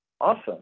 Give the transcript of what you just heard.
Awesome